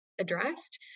addressed